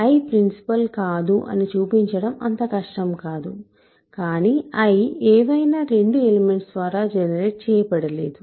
I principle కాదు అని చూపించడం అంత కష్టం కాదు కానీ I ఏవైనా 2 ఎలిమెంట్స్ ద్వారా జనరేట్ చేయబడలేదు